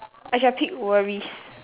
I shall pick worries